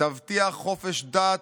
תבטיח חופש דת,